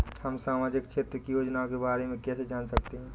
हम सामाजिक क्षेत्र की योजनाओं के बारे में कैसे जान सकते हैं?